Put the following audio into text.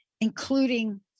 including